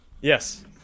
Yes